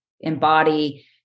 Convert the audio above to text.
embody